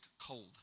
cold